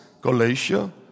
Galatia